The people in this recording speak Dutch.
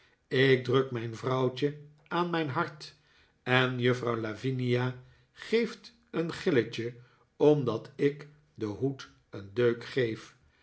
ik druk mijn vrouwtje aan mijn hart en juffrouw lavinia geeft een gilletje omdat ik den hoed een deuk geef